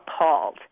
appalled